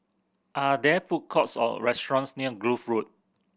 are there food courts or restaurants near Kloof Road